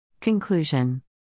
Conclusion